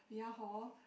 ya hor